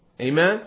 Amen